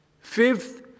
Fifth